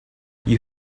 you